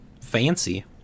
fancy